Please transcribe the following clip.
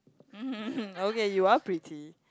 okay you are pretty